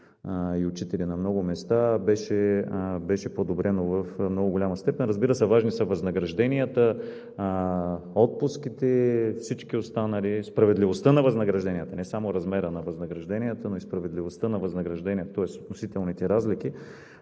и учители в много голяма степен бяха подобрени на много места. Разбира се, важни са възнагражденията, отпуските, справедливостта на възнагражденията – не само размерът на възнагражденията, но и справедливостта на възнагражденията, тоест относителните разлики.